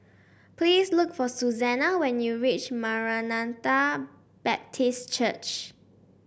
please look for Susana when you reach Maranatha Baptist Church